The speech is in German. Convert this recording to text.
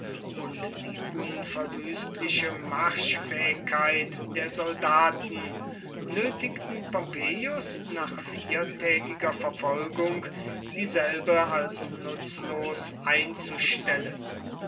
und die unverwüstliche marschfähigkeit der soldaten nötigten pompeius nach viertägiger verfolgung dieselbe als nutzlos einzustellen